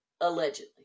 allegedly